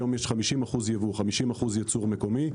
היום יש 50% ייבוא, 50% ייצור מקומי.